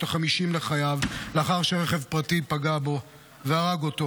החמישים לחייו לאחר שרכב פרטי פגע בו והרג אותו,